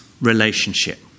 relationship